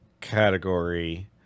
category